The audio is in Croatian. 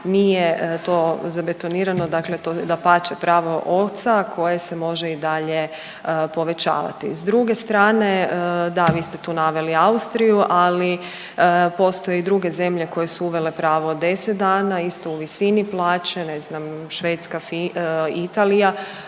nije to zabetonirano, dakle to je dapače pravo oca koje se može i dalje povećavati. S druge strane da vi ste tu naveli Austriju, ali postoje i druge zemlje koje su uvele pravo 10 dana isto u visini plaće ne znam Švedska, Italija,